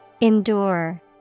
Endure